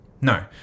No